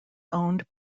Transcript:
owned